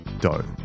dough